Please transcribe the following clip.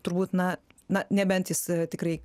turbūt na na nebent jis tikrai